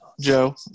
Joe